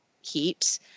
heat